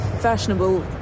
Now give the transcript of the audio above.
fashionable